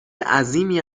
عظیمی